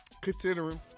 considering